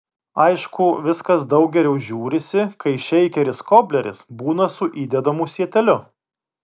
aišku viskas daug geriau žiūrisi kai šeikeris kobleris būna su įdedamu sieteliu